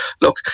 look